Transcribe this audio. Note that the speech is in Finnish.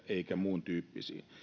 eikä muuntyyppisiin